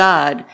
God